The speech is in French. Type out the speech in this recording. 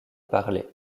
parler